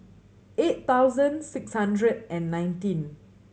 eight thousand six hundred and nineteen